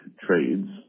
trades